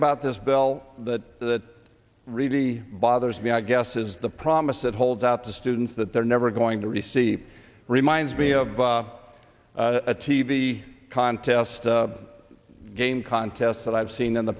about this bill that that really bothers me i guess is the promise it holds out to students that they're never going to receive reminds me of a t v contest game contests that i've seen in the